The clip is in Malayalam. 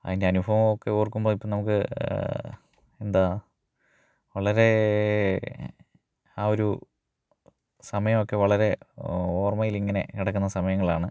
അതിൻ്റെ അനുഭവം ഒക്കെ ഓര്ക്കുമ്പോൾ ഇപ്പം നമുക്ക് എന്താ വളരെ ആ ഒരു സമയമൊക്കെ വളരെ ഓര്മയിലിങ്ങനെ കിടക്കുന്ന സമയങ്ങളാണ്